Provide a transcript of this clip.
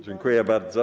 Dziękuję bardzo.